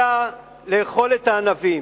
אלא לאכול את הענבים.